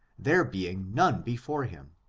there being none before him,